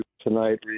tonight